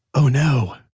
oh no.